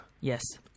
yes